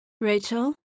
Rachel